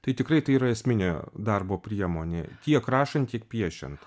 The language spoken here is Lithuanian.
tai tikrai tai yra esminė darbo priemonė tiek rašant tiek piešiant